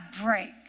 break